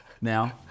Now